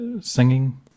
singing